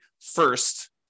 first